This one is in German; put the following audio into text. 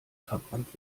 verbrannt